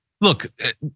Look